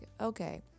okay